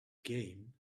game